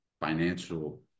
financial